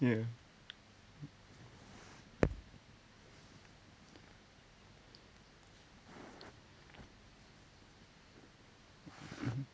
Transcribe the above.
ya mmhmm